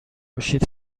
باشید